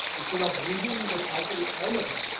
instead of losing the cycle all the time.